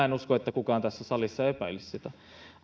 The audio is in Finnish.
en usko että kukaan tässä salissa epäilisi sitä